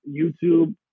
YouTube